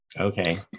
Okay